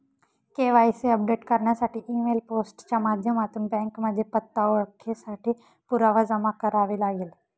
KYC update करण्यासाठी email, post च्या माध्यमातून बँकेमध्ये पत्ता, ओळखेसाठी पुरावा जमा करावे लागेल